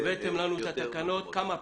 הבאתם לנו את התקנות כמה פעמים.